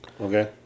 Okay